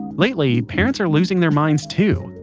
lately, parents are losing their minds too.